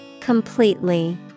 Completely